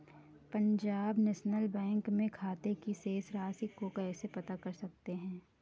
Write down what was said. Punjab National Bank में खाते की शेष राशि को कैसे पता कर सकते हैं?